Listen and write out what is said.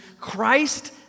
Christ